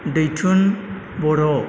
दैथुन बर'